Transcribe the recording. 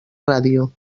ràdio